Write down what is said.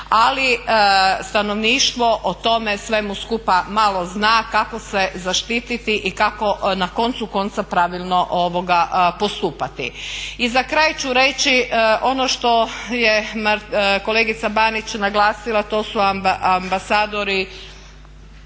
ali stanovništvo o tome svemu skupa malo zna kako se zaštiti i kako na koncu konca pravilno postupati. I za kraj ću reći ono što je kolegica Banić naglasila to su ambasadori